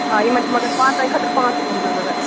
آ یِمَن چھِ مگر پانٛژن خٲرطرٕ پانٛژھ روٗم ضٔروٗرت